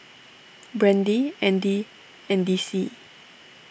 Brandie Andy and Dicie